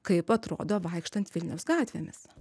kaip atrodo vaikštant vilniaus gatvėmis